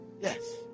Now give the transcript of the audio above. Yes